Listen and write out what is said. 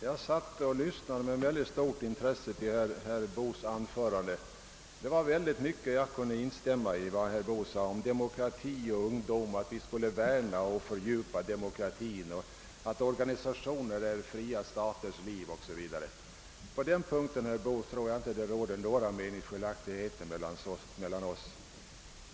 Herr talman! Jag lyssnade med mycket stort intresse till herr Boos anförande. Jag kunde instämma i mycket av vad herr Boo sade om demokrati och ungdom, att vi skulle värna om och fördjupa demokratin, att organisationer är fria staters liv o.s.v. På den punkten, herr Boo, tror jag inte att det råder några meningsskiljaktigheter mellan oss.